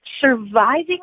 Surviving